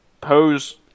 pose